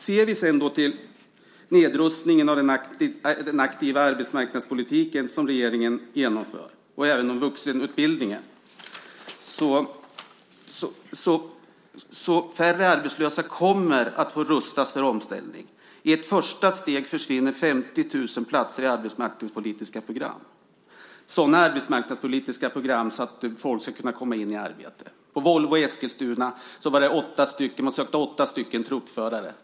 Den nedrustning av den aktiva arbetsmarknadspolitiken och även av vuxenutbildningen som regeringen genomför innebär att färre arbetslösa kommer att rustas för omställning. I ett första steg försvinner 50 000 platser i arbetsmarknadspolitiska program, arbetsmarknadspolitiska program som gör att folk ska kunna komma in i arbete. På Volvo i Eskilstuna sökte man åtta truckförare.